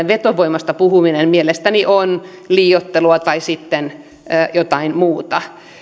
vetovoimasta puhuminen mielestäni on liioittelua tai sitten jotain muuta